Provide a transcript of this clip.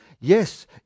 Yes